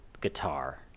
guitar